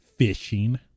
Fishing